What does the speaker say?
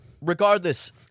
Regardless